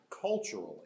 culturally